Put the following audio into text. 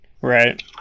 Right